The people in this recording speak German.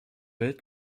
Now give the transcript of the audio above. welt